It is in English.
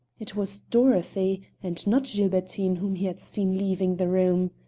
it was dorothy and not gilbertine whom he had seen leaving the room.